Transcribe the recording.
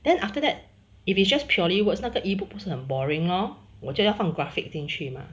then after that if it's just purely words 那个 ebook 不是很 boring lor 我就要放 graphic 进去吗